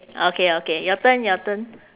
okay okay your turn your turn